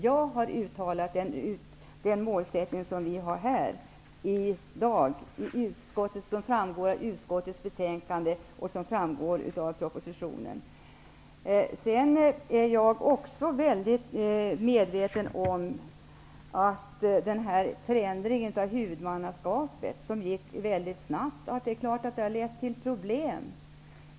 Jag har uttalat den målsättning vi i dag har i utskottet och som framgår av utskottets betänkande och av propositionen. Jag är också mycket medveten om att förändringen av huvudmannaskapet skedde mycket snabbt och att det lett till problem.